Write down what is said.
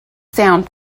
sound